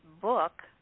book